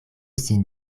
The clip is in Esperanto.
sin